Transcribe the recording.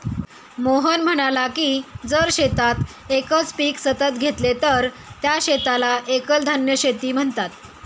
मोहन म्हणाला की जर शेतात एकच पीक सतत घेतले तर त्या शेताला एकल धान्य शेती म्हणतात